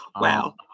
Wow